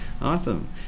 awesome